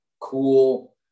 cool